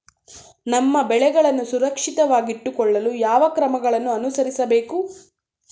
ನಮ್ಮ ಬೆಳೆಗಳನ್ನು ಸುರಕ್ಷಿತವಾಗಿಟ್ಟು ಕೊಳ್ಳಲು ಯಾವ ಕ್ರಮಗಳನ್ನು ಅನುಸರಿಸಬೇಕು?